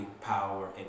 power